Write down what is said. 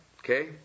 Okay